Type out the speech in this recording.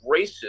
racist